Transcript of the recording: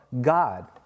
God